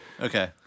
Okay